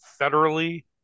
federally